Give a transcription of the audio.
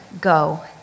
go